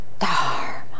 Dharma